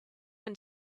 when